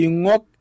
Ingok